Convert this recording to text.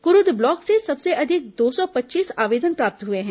Kurud block से सबसे अधिक दो सौ पच्चीस आयेदन प्राप्त हुए हैं